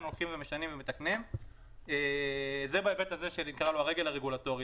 משנים ומתקנים - זה בהיבט של הרגל הרגולטורית.